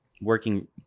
working